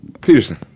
Peterson